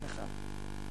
אני שמחה.